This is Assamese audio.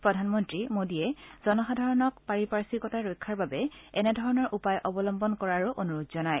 প্ৰধানমন্ত্ৰী মোদীয়ে জনসাধাৰণক পাৰিপাধিকতা ৰক্ষাৰ বাবে এনেধৰণৰ উপায় অৱলম্বন কৰাৰ অনুৰোধ জনায়